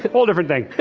whole different thing.